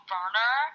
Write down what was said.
Burner